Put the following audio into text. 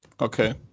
Okay